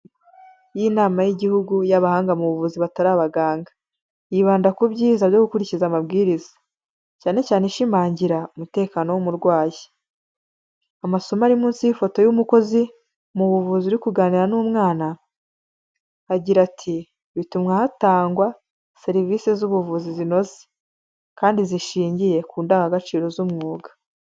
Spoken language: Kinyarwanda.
Y'inama y'igihugu y'abahanga mu buvuzima batari abaganga yibanda ku byiza byo gukurikiza amabwiriza cyane cyane ishimangira umutekano w'umurwayi. Amasomo ari munsi y'ifoto y'umukozi mu buvuzi uri kuganira n'umwana agira ati:'' Bituma hatangwa serivisi z'ubuvuzi zinoze kandi zishingiye ku ndangagaciro z'umwuga.''